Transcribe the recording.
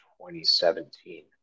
2017